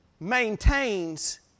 maintains